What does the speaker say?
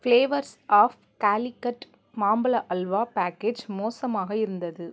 flavours of Calicut மாம்பழ அல்வா package மோசமாக இருந்தது